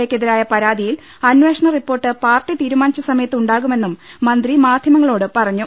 A ക്കെതിരായ പരാതിയിൽ അന്വേഷണ റിപ്പോർട്ട് പാർട്ടി തീരുമാനിച്ച സമയത്ത് ഉണ്ടാകുമെന്നും മന്ത്രി മാധ്യമങ്ങളോട് പറഞ്ഞു